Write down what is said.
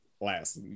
last